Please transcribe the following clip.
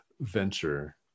venture